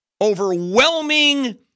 Overwhelming